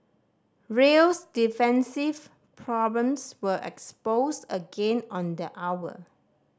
real's defensive problems were exposed again on the hour